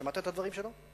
שמעת את הדברים שלו?